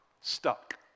stuck